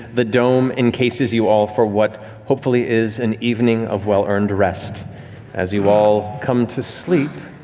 the dome encases you all for what hopefully is an evening of well-earned rest as you all come to sleep,